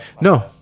No